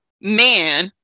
man